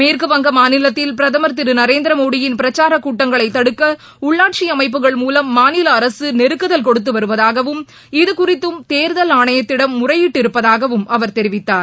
மேற்கு வங்க மாநிலத்தில் பிரதமர் திரு நரேந்திர மோடியின் பிரச்சார கூட்டங்களை தடுக்க உள்ளாட்சி அமைப்புகள் மூலம் மாநில அரசு நெருக்குதல் கொடுத்து வருவதாகவும் இதுகுறித்தும் தேர்தல் ஆணையத்திடம் முறையிட்டிருப்பதாகவும் அவர் தெரிவித்தார்